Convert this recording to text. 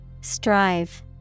Strive